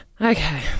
Okay